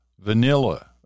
vanilla